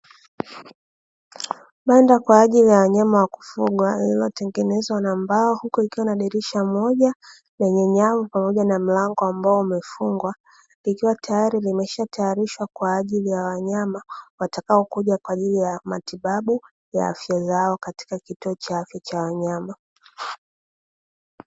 Banda kwa ajili ya wanyama wa kufugwa lililotengenezwa na mbao huko ukiwa na dirisha moja lenye nyavu pamoja na mlango ambao umefungwa, likiwa tayari limeshatayarishwa kwa ajili ya wanyama watakaokuja kwa ajili ya matibabu ya afya zao katika kituo cha afya cha wanyama.